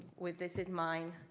with this in mind,